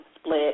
split